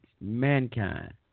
Mankind